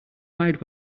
wide